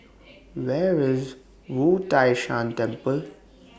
Where IS Wu Tai Shan Temple